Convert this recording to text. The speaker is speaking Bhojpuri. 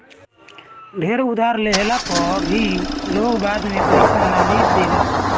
ढेर उधार लेहला पअ भी लोग बाद में पईसा नाइ देला